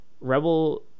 Rebel